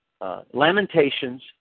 Lamentations